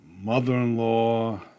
mother-in-law